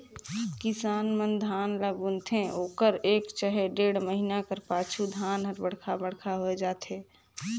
किसान मन धान ल बुनथे ओकर एक चहे डेढ़ महिना कर पाछू धान हर बड़खा बड़खा होए जाथे